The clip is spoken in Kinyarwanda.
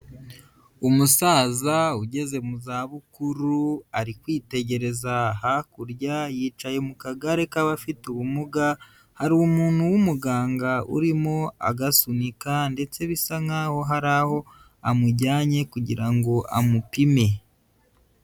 Umusaza ugeze mu zabukuru ari kwitegereza hakurya, yicaye mu kagare k'abafite ubumuga, hari umuntu w'umuganga urimo agasunika ndetse bisa nkaho hari aho amujyanye kugira ngo amupime.